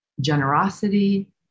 generosity